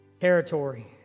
Territory